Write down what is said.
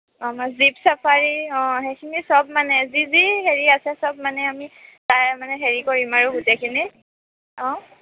অঁ আমাৰ jeep safari অঁ সেইখিনি চব মানে যি যি হেৰি আছে সব মানে আমি তাৰে মানে হেৰি কৰিম আৰু গোটেইখিনি অঁ